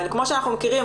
כמו שאנחנו מכירים,